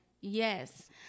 Yes